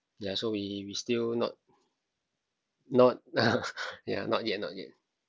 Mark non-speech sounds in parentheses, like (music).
ya so we we still not not (laughs) ya not yet not yet